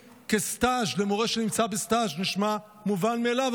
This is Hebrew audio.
כסטז' למורה שנמצא בסטז' נשמע מובן מאליו,